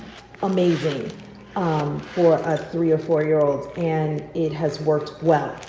amazing um for a three or four year old and it has worked well.